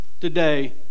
today